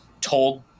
told